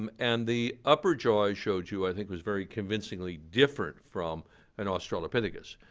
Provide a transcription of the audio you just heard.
um and the upper jaw i showed you, i think, was very convincingly different from an australopithecus.